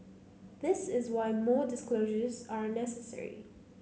this is why more disclosures are necessary